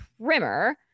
trimmer